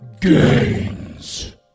Gains